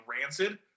rancid